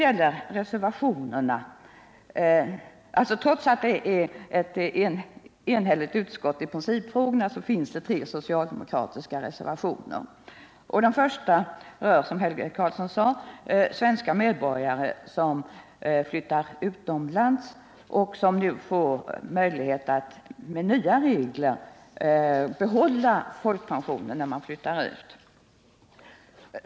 Trots att utskottet är enhälligt när det gäller principfrågorna, finns det tre socialdemokratiska reservationer. Reservationen 1 rör, som Helge Karlsson sade, svenska medborgare som flyttar utomlands och som nu enligt nya regler kan få behålla folkpensionen.